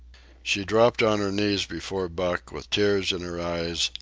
she dropped on her knees before buck, with tears in her eyes,